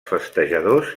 festejadors